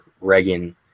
Reagan